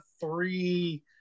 three